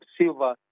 silver